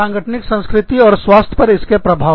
सांगठनिक संस्कृति और स्वास्थ्य पर इसके प्रभाव